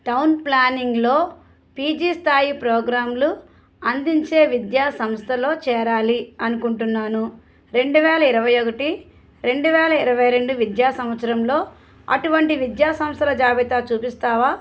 town ప్లానింగ్లో PG స్థాయి ప్రోగ్రాంలు అందించే విద్యా సంస్థలో చేరాలి అనుకుంటున్నాను రెండు వేల ఇరవై ఒకటి రెండు వేల ఇరవై రెండు విద్యా సంవత్సరంలో అటువంటి విద్యా సంస్థల జాబితా చూపిస్తావా